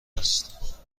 است